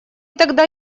тогда